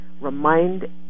remind